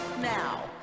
now